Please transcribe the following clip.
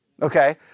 Okay